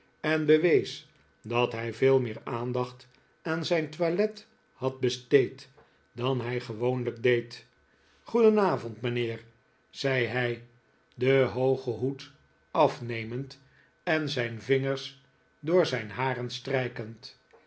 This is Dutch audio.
en bewees dat hij veel meer aandacht aan zijn toilet had besteed dan hij gewoonlijk deed goedenavond mijnheer zei hij den hoogen hoed afnemend en zijn vingers door zijn haren